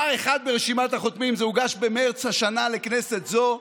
זה הוגש במרץ השנה לכנסת זו.